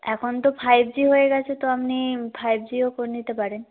এখন তো five G হয়ে গেছে তো আপনি ফাইভ জিও করে নিতে পারেন